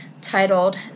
titled